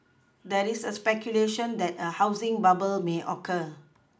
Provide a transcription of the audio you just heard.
there is a speculation that a housing bubble may occur